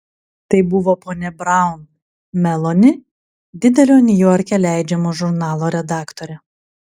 tai buvo ponia braun meloni didelio niujorke leidžiamo žurnalo redaktorė